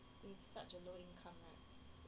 mm